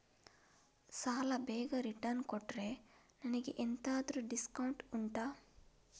ಸಾಲ ಬೇಗ ರಿಟರ್ನ್ ಕೊಟ್ರೆ ನನಗೆ ಎಂತಾದ್ರೂ ಡಿಸ್ಕೌಂಟ್ ಉಂಟಾ